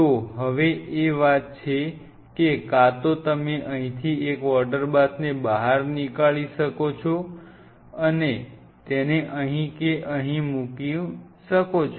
તો હવે એ વાત છે કે કાં તો તમે અહીંથી એક વોટરબાથને બહાર નીકાળી શકો છો અને તેને અહીં કે અહીં મૂકો છો